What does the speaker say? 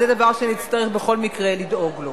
זה דבר שנצטרך בכל מקרה לדאוג לו.